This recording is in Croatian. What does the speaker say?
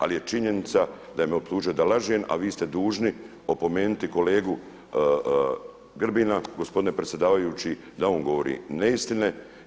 Ali je činjenica da me je optužio da lažem, a vi ste dužni opomenuti kolegu Grbina, gospodine predsjedavajući da on govori ne istine.